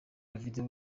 video